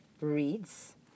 reads